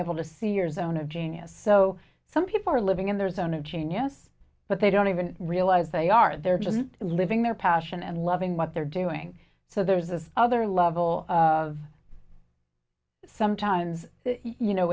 able to see yours own of genius so some people are living in their zone of genius but they don't even realize they are there just living their passion and loving what they're doing so there's this other level of sometimes you know